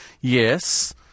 Yes